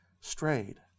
strayed